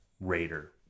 raider